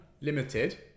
Limited